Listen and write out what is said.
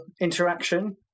interaction